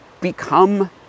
become